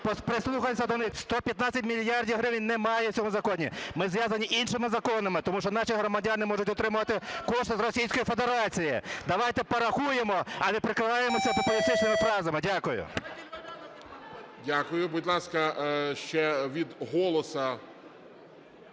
Прислухатись до них. 115 мільярдів гривень – немає цього в законі. Ми зв'язані іншими законами. Тому що наші громадяни можуть отримувати кошти з Російської Федерації. Давайте порахуємо, а не прикриваймось популістичними фразами. Дякую. ГОЛОВУЮЧИЙ. Дякую. Будь ласка, ще від "Голосу".